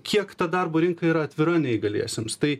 kiek ta darbo rinka yra atvira neįgaliesiems tai